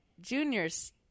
Junior's